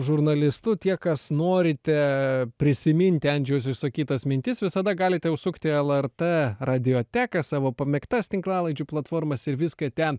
žurnalistu tie kas norite prisiminti andžejaus išsakytas mintis visada galite užsukt į lrt radioteką savo pamėgtas tinklalaidžių platformas ir viską ten